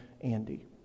Andy